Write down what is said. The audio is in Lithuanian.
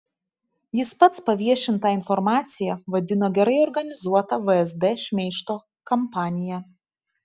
jis pats paviešintą informaciją vadino gerai organizuota vsd šmeižto kampanija